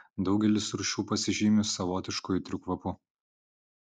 daugelis rūšių pasižymi savotišku aitriu kvapu